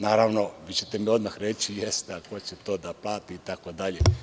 Naravno, vi ćete mi odmah reći - jeste ali ko će to da plati itd.